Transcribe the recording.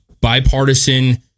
bipartisan